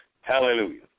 Hallelujah